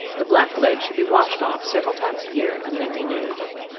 the black lead should be washed off several times a year, and then renewed.